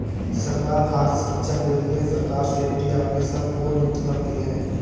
सरकार खाद्य सुरक्षा के लिए सरकार सेफ्टी ऑफिसर को नियुक्त करती है